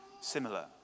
similar